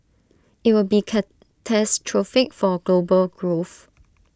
IT would be catastrophic for global growth